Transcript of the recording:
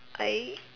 I